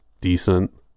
decent